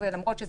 ולכן הצענו